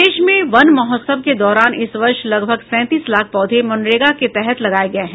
प्रदेश में वन महोत्सव के दौरान इस वर्ष लगभग सैंतीस लाख पौधे मनरेगा के तहत लगाये गये हैं